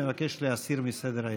מבקש להסיר מסדר-היום.